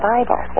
Bible